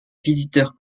visiteurs